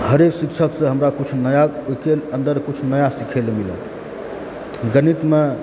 हरेक शिक्षकसँ हमरा किछु नया ओहिके अन्दर किछु नया सिखै लेल मिलल गणितमे